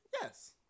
Yes